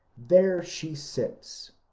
there she sits.